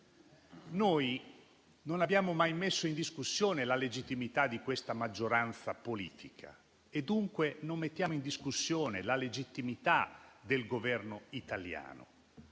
Non abbiamo mai messo in discussione la legittimità di questa maggioranza politica e dunque non mettiamo in discussione la legittimità del Governo italiano.